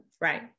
right